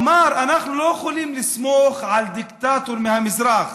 אמר: אנחנו לא יכולים לסמוך על דיקטטור מהמזרח.